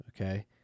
okay